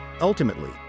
Ultimately